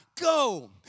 Go